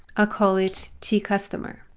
ah call it tcustomer.